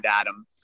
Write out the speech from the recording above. Adam